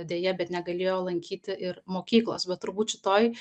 deja bet negalėjo lankyti ir mokyklos bet turbūt šitoj